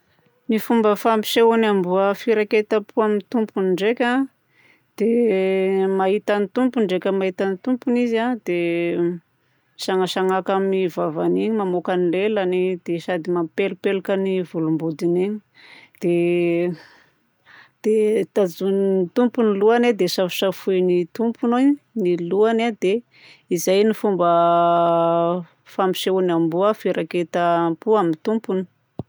Aika arô, mahita aby ny biby fa tsy mbola misy biby tsy mahita izany. Izay no fahafantarako anazy.